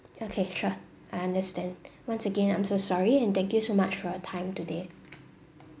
okay sure I understand once again I'm so sorry and thank you so much for your time today